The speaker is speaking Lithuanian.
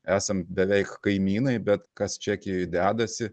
esam beveik kaimynai bet kas čekijoj dedasi